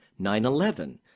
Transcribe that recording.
9-11